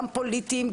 גם פוליטיים,